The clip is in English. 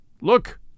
Look